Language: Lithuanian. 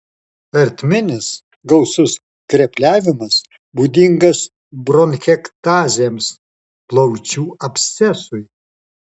ertminis gausus skrepliavimas būdingas bronchektazėms plaučių abscesui